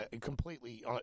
completely